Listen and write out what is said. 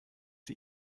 sie